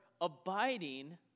abiding